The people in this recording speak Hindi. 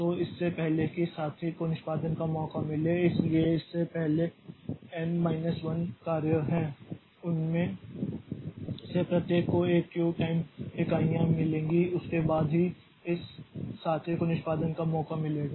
तो इससे पहले कि साथी को निष्पादन का मौका मिले इसलिए इससे पहले एन माइनस 1 कार्य हैं उनमें से प्रत्येक को एक क्यू टाइम इकाइयां मिलेंगी उसके बाद ही इस साथी को निष्पादन का मौका मिलेगा